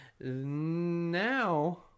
now